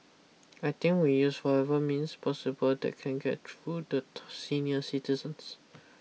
I think we use whatever means possible that can get through the to senior citizens